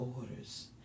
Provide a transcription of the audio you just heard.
orders